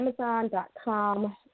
Amazon.com